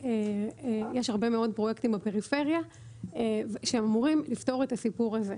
יש הרבה מאוד פרויקטים בפריפריה שאמורים לפתור את הסיפור הזה.